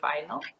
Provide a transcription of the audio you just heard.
final